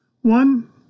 One